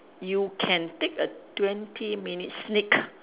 you can take a twenty minute sneak